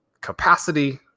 capacity